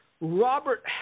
Robert